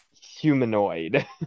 humanoid